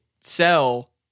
sell